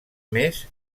més